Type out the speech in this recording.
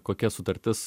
kokia sutartis